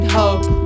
hope